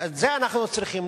ואת זה אנחנו צריכים.